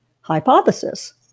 Hypothesis